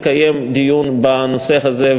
לקיים דיון בנושא הזה,